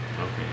okay